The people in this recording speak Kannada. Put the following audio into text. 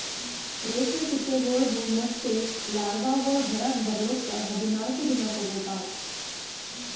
ರೇಷ್ಮೆ ಚಿಟ್ಟೆಗೊಳ್ದು ಮೊಟ್ಟೆ ಲಾರ್ವಾಗೊಳ್ ಹೊರಗ್ ಬರ್ಲುಕ್ ಹದಿನಾಲ್ಕು ದಿನ ತೋಗೋತಾವ್